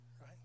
Right